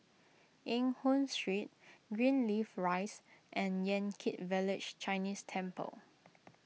Eng Hoon Street Greenleaf Rise and Yan Kit Village Chinese Temple